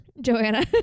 joanna